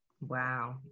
wow